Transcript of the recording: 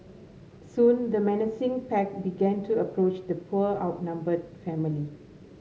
soon the menacing pack began to approach the poor outnumbered family